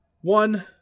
One